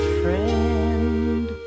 friend